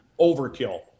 overkill